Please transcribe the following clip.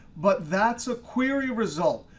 but that's a query result.